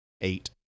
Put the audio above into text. Eight